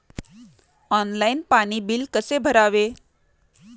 Online पाणी bill कसे भरावे?